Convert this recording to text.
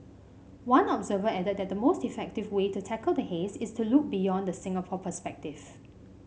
one observer added that the most effective way to tackle the haze is to look beyond the Singapore perspective